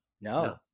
no